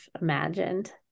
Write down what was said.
imagined